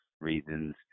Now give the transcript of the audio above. reasons